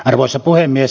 arvoisa puhemies